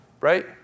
Right